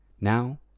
Now